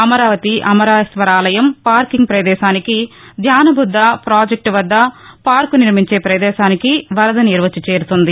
అమరావతి అమరేశ్వరాలయం పార్కింగ్ ప్రదేశానికి ధ్యానబుద్ద పాజెక్టు వద్ద పార్కు నిర్మించే పదేశానికి వరద నీరు వచ్చి చేరింది